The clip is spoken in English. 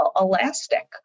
elastic